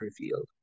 Revealed